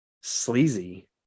sleazy